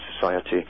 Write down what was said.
Society